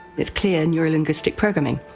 it's clear in neurolinguistic programming.